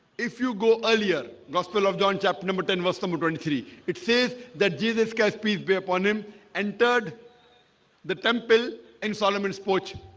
if you go earlier gospel of john chapter number ten verse number twenty three it says that jesus christ peace be upon him entered the temple in solomon's porch